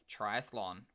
triathlon